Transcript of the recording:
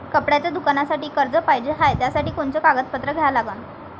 कपड्याच्या दुकानासाठी कर्ज पाहिजे हाय, त्यासाठी कोनचे कागदपत्र द्या लागन?